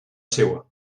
seua